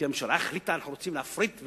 כי הממשלה החליטה שהיא רוצה להפריט,